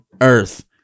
earth